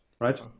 right